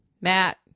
Matt